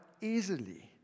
easily